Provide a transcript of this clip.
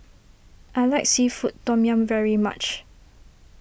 I like Seafood Tom Yum very much